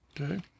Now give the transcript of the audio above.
Okay